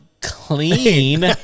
clean